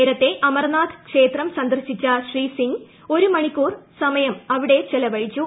നേരത്തെ അമർനാഥ് ക്ഷേത്രം സന്ദർശിച്ച ശ്രീ സിംഗ് ഒരു മണിക്കൂർ സമയം അവിടെ ചെലവഴിച്ചു